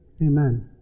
Amen